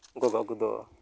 ᱜᱚᱜᱚ ᱠᱚᱫᱚ